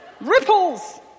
ripples